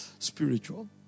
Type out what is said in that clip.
spiritual